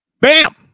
Bam